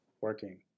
working